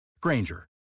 Granger